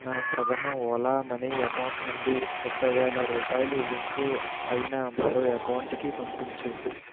నా ప్రధన Ola money account నుండి ముప్పై వేల రూపాయలు లింకు అయిన మరో అకౌంట్కి పంపించు